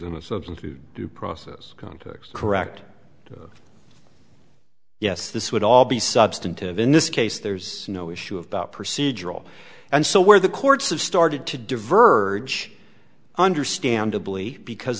to due process context correct yes this would all be substantive in this case there's no issue about procedural and so where the courts have started to diverge understandably because